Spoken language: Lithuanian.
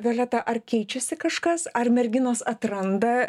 violeta ar keičiasi kažkas ar merginos atranda